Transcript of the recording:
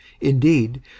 Indeed